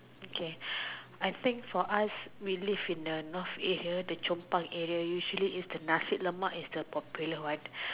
okay I think for us we live in the North area we live in the Chompang area usually the Nasi-Lemak is the most popular one